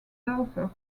daughter